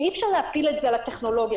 אי-אפשר להפיל את זה על הטכנולוגיה.